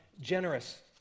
generous